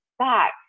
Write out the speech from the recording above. back